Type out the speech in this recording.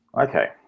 Okay